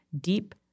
Deep